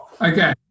Okay